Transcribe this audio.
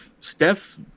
Steph